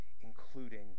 including